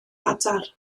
adar